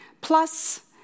plus